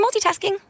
multitasking